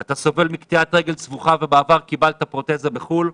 אתה סובל מקטיעת רגל סבוכה ובעבר קיבלת פרוטזה בחו"ל?